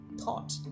thought